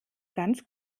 ganz